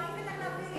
אתה מעליב את הכלבים.